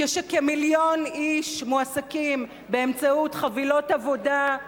כשכמיליון איש מועסקים באמצעות חבילות עבודה,